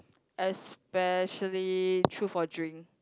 especially true for drink